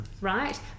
Right